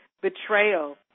betrayal